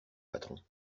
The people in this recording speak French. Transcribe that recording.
patron